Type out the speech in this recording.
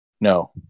No